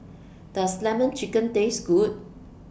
Does Lemon Chicken Taste Good